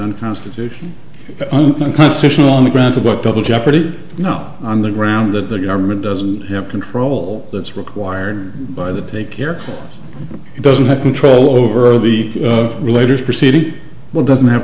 unconstitutional unconstitutional on the grounds of what double jeopardy know on the ground that the government doesn't have control that's required by the take care it doesn't have control over the related proceeding well doesn't have